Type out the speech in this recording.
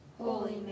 Holy